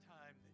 time